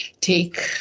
take